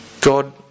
God